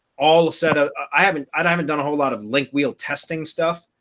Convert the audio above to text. all set, ah i haven't i haven't done a whole lot of link wheel testing stuff.